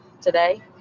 today